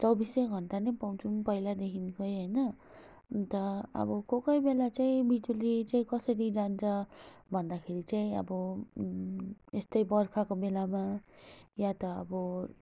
चौबिसै घन्टा नै पाउँछौँ पैहिलादेखिकै होइन अन्त अब कोहीकोही बेला चाहिँ बिजुली चाहिँ कसरी जान्छ भन्दाखेरि चाहिँ अब यस्तै बर्खाको बेलामा या त अब